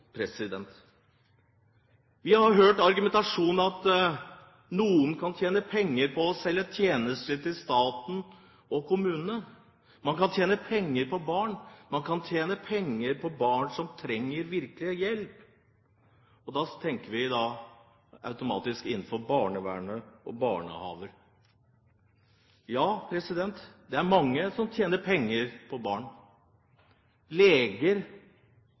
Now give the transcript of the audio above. Vi har hørt argumentasjonen om at noen kan tjene penger på å selge tjenester til staten og kommunene – man kan tjene penger på barn, man kan tjene penger på barn som virkelig trenger hjelp, og da tenker vi automatisk, innenfor barnevernet og barnehager. Ja, det er mange som tjener penger på barn. Leger